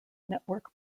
network